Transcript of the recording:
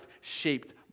shaped